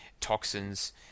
toxins